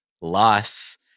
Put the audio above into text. loss